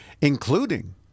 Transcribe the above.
including